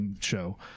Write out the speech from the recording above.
show